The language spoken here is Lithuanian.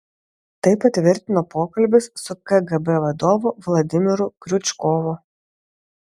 tai patvirtino pokalbis su kgb vadovu vladimiru kriučkovu